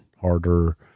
Harder